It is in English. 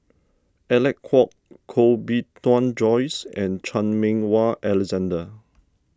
Alec Kuok Koh Bee Tuan Joyce and Chan Meng Wah Alexander